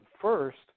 First